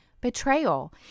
betrayal